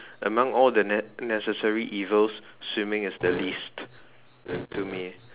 among all the ne~ necessary evils swimming is the least to me